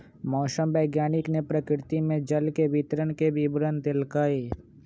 मौसम वैज्ञानिक ने प्रकृति में जल के वितरण के विवरण देल कई